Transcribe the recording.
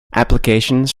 applications